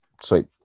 sweet